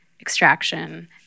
Extraction